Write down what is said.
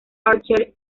archer